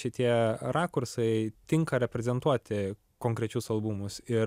šitie rakursai tinka reprezentuoti konkrečius albumus ir